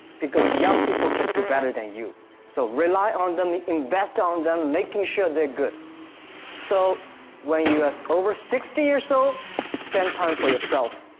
because young people can do better than you so rely on them invest on them making sure they're good so when you over sixty or so spend time for yourself